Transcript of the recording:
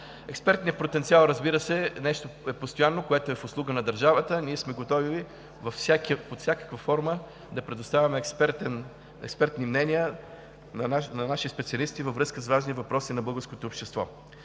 Експертният потенциал, разбира се, е нещо постоянно, което е в услуга на държавата. Ние сме готови под всякаква форма да предоставяме експертни мнения на наши специалисти във връзка с важни въпроси на българското общество.